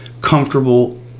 comfortable